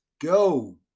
go